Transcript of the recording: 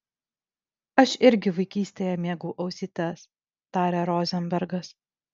aš irgi vaikystėje mėgau ausytes tarė rozenbergas